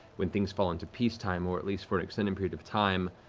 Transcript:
when things fall into peace time, or at least, for an extended period of time,